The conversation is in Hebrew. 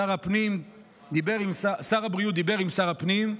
שר הבריאות דיבר עם שר הפנים,